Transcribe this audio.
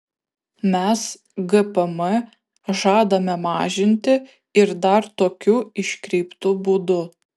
mes gpm žadame mažinti ir dar tokiu iškreiptu būdu